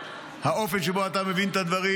האופן שבו אתה מבין את הדברים.